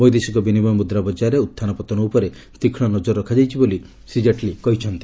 ବୈଦେଶିକ ବିନିମୟ ମୁଦ୍ରା ବଜାରରେ ଉତ୍ଥାନ ପତନ ଉପରେ ତୀକ୍ଷ୍ଣ ନଜର ରଖାଯାଇଛି ବୋଲି ଶ୍ରୀ ଜେଟ୍ଲୀ କହିଚ୍ଛନ୍ତି